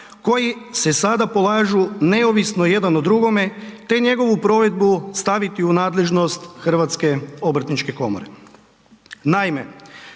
koji se sada polažu neovisno jedan o drugome te njegovu provedbu staviti u nadležnost HOK-a. Naime,